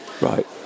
Right